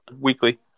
Weekly